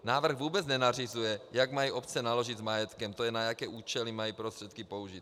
Návrh vůbec nenařizuje, jak mají obce naložit s majetkem, tj. na jaké účely mají prostředky použít.